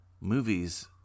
movies